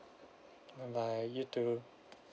bye bye you too